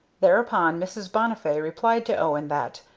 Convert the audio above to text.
thereupon mrs. bonnifay replied to owen that,